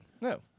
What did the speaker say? No